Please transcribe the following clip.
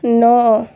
ନଅ